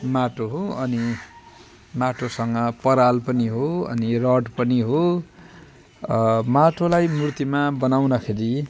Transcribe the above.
माटो हो अनि माटोसँग पराल पनि हो अनि रड पनि हो माटोलाई मूर्तिमा बनाउँदाखेरि